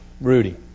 Rudy